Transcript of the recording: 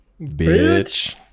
bitch